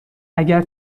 اگر